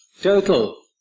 total